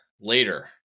Later